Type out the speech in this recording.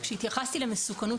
כשהתייחסתי למסוכנות,